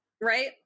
right